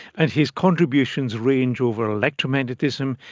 and his contributions range over electromagnetism,